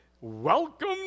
Welcome